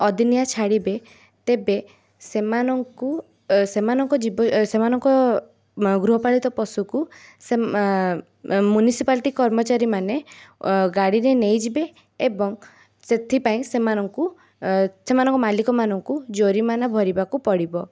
ଅଦିନିଆ ଛାଡ଼ିବେ ତେବେ ସେମାନଙ୍କୁ ଏ ସେମାନଙ୍କ ସେମାନଙ୍କ ଗୃହପାଳିତ ପଶୁକୁ ମ୍ୟୁନିସିପାଲିଟି କର୍ମଚାରୀମାନେ ଗାଡ଼ିରେ ନେଇ ଯିବେ ଏବଂ ସେଥିପାଇଁ ସେମାନଙ୍କୁ ସେମାନଙ୍କ ମାଲିକ ମାନଙ୍କୁ ଜୋରିମାନା ଭରିବାକୁ ପଡ଼ିବ